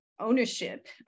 ownership